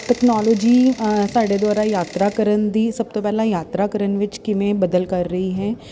technology ਸਾਡੇ ਦੁਆਰਾ ਯਾਤਰਾ ਕਰਨ ਦੀ ਸਭ ਤੋਂ ਪਹਿਲਾਂ ਯਾਤਰਾ ਕਰਨ ਵਿੱਚ ਕਿਵੇਂ ਬਦਲ ਕਰ ਰਹੀ ਹੈ